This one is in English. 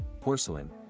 porcelain